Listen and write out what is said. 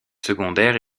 secondaires